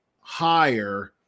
higher